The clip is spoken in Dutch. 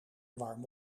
warm